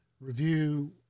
review